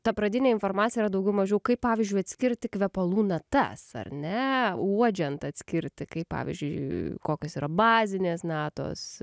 ta pradinė informacija yra daugiau mažiau kaip pavyzdžiui atskirti kvepalų natas ar ne uodžiant atskirti kaip pavyzdžiui kokios yra bazinės natos